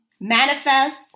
Manifest